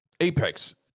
apex